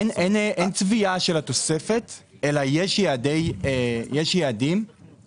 אין צביעה של התוספת אלא יש יעדים שנקבעים